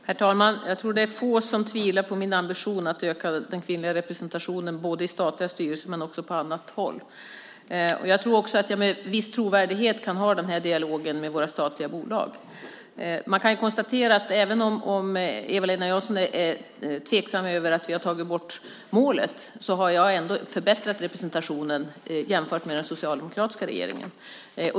Herr talman! Jag tror att det är få som tvivlar på min ambition att öka den kvinnliga representationen både i statliga styrelser och på annat håll. Jag tror också att jag med viss trovärdighet kan ha den här dialogen med våra statliga bolag. Man kan konstatera att även om Eva-Lena Jansson är tveksam till att vi har tagit bort målet så har jag förbättrat representationen jämfört med den socialdemokratiska regeringen.